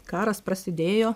karas prasidėjo